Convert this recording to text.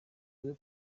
bwe